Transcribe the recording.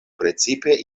precipe